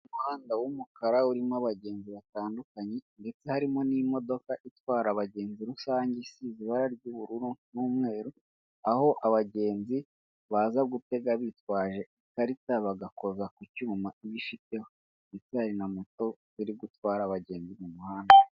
Umuhanda w'umukara urimo abagenzi batandukanye ndetse harimo n'imodoka itwara abagenzi rusange size ibara ry'ubururu n'umweru, aho abagenzi baza gutega bitwaje ikarita bagakora ku cyuma ib ifiteho, hepfo hari na moto iri gutwara abagenzi mu muhanda.